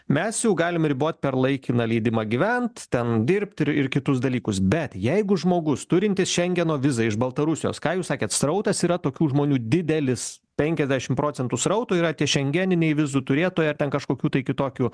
mes jau galim ribot per laikiną leidimą gyvent ten dirbt ir ir kitus dalykus bet jeigu žmogus turintis šengeno vizą iš baltarusijos ką jūs sakėt srautas yra tokių žmonių didelis penkiasdešim procentų srauto yra tie šengeniniai vizų turėtojai ar ten kažkokių tai kitokių